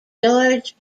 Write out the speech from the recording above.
george